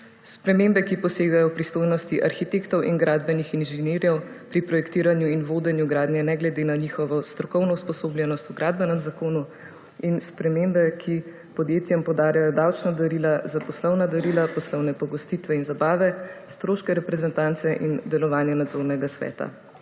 Spremembe, ki posegajo v pristojnosti arhitektov in gradbenih inženirjev pri projektiranju in vodenje gradnje ne glede na njihovo strokovno usposobljenost v Gradbenem zakonu in spremembe, ki podjetjem podarjajo davčna darila za poslovna darila poslovne pogostitve in zabave, stroške reprezentance in delovanje nadzornega sveta.